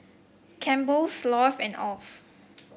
Campbell's Lotte and Alf